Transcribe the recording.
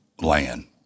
land